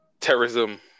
Terrorism